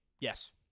Yes